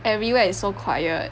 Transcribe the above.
everywhere is so quiet